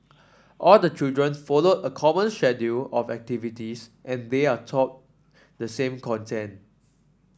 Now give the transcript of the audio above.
all the children follow a common of activities and they are taught the same content